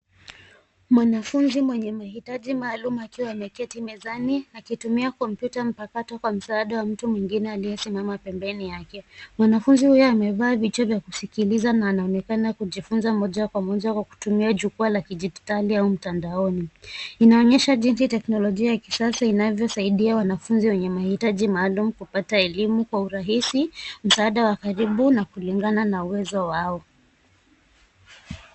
Mwanafunzi mwenye mahitaji maalumu akiwa ameketi mezani, akitumia kompyuta mpakato kwa msaada wa mtu mwingine aliyesimama pembeni yake. Mwanafunzi huyu amevaa vichwa vya kusikiliza na anaonekana kujifunza moja kwa moja kwa kutumia jukwaa la kidijitali au mtandaoni. Inaonyesha jinsi teknolojia ya kisasa inavyosaidia wanafunzi wenye mahitaji maalum kupata elimu kwa urahisi, msaada wa karibu na kulingana na uwezo wao.